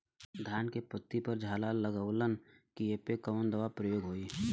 धान के पत्ती पर झाला लगववलन कियेपे कवन दवा प्रयोग होई?